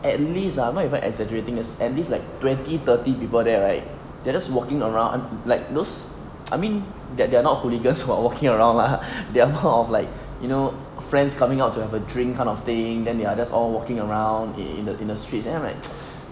at least ah not even exaggerating is at least like twenty thirty people there right they're just walking around like those I mean that they are not hooligans who are walking around lah they are more of like you know friends coming out to have a drink kind of thing then they're just all walking around in the in the streets then I'm like